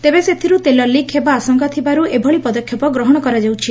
ତେବେ ସେଥିରୁ ତେଲ ଲିକ୍ ହେବା ଆଶଙ୍କା ଥିବାରୁ ଏଭଳି ପଦକ୍ଷେପ ଗ୍ରହଣ କରାଯାଉଛି